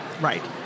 Right